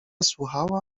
słuchała